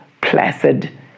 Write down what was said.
placid